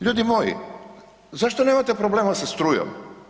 Ljudi moji, zašto nemate problema sa strujom?